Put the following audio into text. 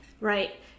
Right